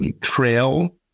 trail